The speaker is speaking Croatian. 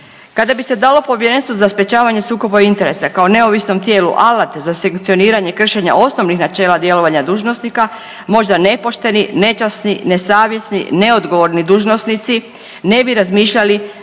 Kada bi se dalo Povjerenstvu za sprječavanje sukoba interesa kao neovisnom tijelu alate za sankcioniranje kršenja osnovnih načela djelovanja dužnosnika možda nepošteni, nečasni, nesavjesni, neodgovorni dužnosnici ne bi razmišljali